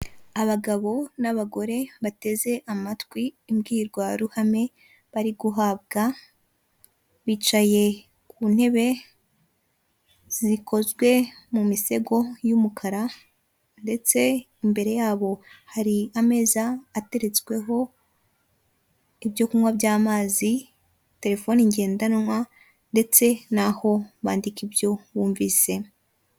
Abagabo n'abagore bateze amatwi imbwirwaruhame bari guhabwa, bicaye ku ntebe zikozwe mu misego y'umukara, ndetse imbere yabo hari ameza ateretsweho ibyo kunywa by'amazi, telefoni ngendanwa, ndetse naho bandika ibyo bumvise.